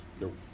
Nope